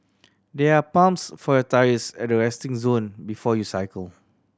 there are pumps for your tyres at the resting zone before you cycle